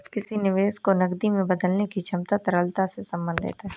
किसी निवेश को नकदी में बदलने की क्षमता तरलता से संबंधित है